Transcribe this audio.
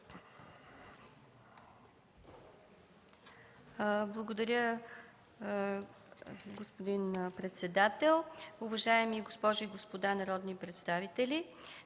Благодаря, господин председател. Уважаеми госпожи и господа народни представители!